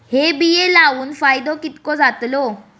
हे बिये लाऊन फायदो कितको जातलो?